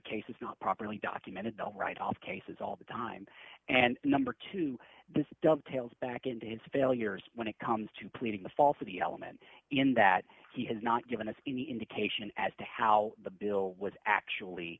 case is not properly documented don't write off cases all the time and number two this dovetails back into his failures when it comes to pleading the falsity element in that he has not given us any indication as to how the bill was actually